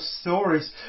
stories